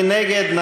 מי נגד?